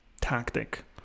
tactic